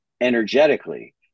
Energetically